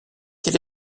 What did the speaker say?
quel